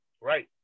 Right